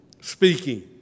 speaking